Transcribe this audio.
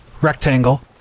rectangle